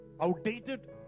outdated